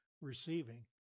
receiving